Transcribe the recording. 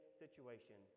situation